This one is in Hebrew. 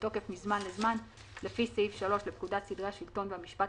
שבתוקף מזמן לזמן לפי סעיף 3 לפקודת סדרי השלטון והמשפט,